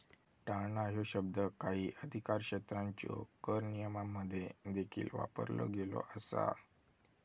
टाळणा ह्यो शब्द काही अधिकारक्षेत्रांच्यो कर नियमांमध्ये देखील वापरलो गेलो असा